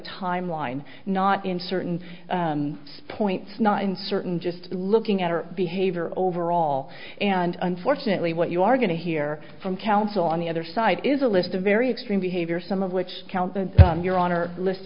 timeline not in certain points not in certain just looking at her behavior overall and unfortunately what you are going to hear from counsel on the other side is a list of very extreme behavior some of which count your hon